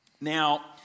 Now